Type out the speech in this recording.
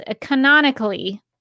canonically